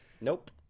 Nope